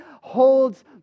holds